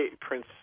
Prince